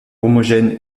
homogène